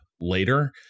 later